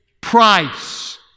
price